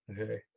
Okay